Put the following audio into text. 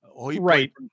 Right